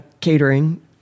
catering